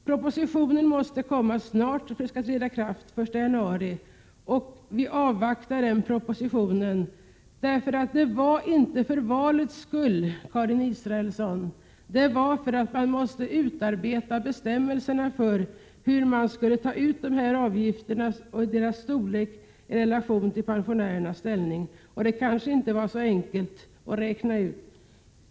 Propositionen måste alltså komma snart. Vi avvaktar den propositionen. Att den kommer dagen efter valet, Karin Israelsson, beror på att man måste utarbeta bestämmelserna för hur man skall ta ut dessa avgifter och bestämma deras storlek i förhållande till pensionärernas ställning. Det kanske inte är så enkelt att räkna ut.